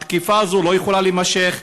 התקיפה הזו לא יכולה להימשך.